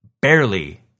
barely